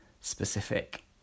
specific